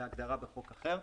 להגדרה בחוק אחר.